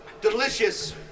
Delicious